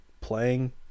playing